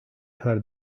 her